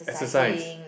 exercise